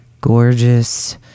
gorgeous